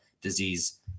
disease